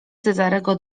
cezarego